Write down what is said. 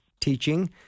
teaching